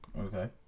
Okay